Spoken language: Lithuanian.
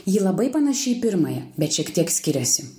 ji labai panaši į pirmąją bet šiek tiek skiriasi